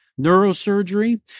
neurosurgery